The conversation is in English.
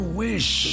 wish